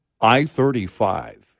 I-35